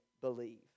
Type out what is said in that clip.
believe